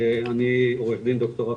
אני עו"ד ד"ר,